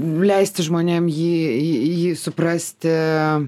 leisti žmonėm jį jį suprasti